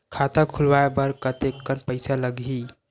खाता खुलवाय बर कतेकन पईसा लगही?